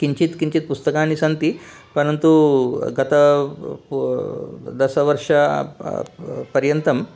किञ्चित् किञ्चित् पुस्तकानि सन्ति परन्तु गत दशवर्ष पर्यन्तं